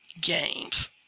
games